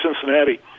Cincinnati